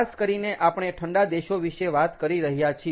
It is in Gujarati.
ખાસ કરીને આપણે ઠંડા દેશો વિશે વાત કરી રહ્યા છીએ